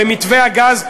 במתווה הגז,